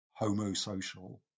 homosocial